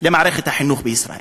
למערכת החינוך בישראל.